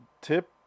tip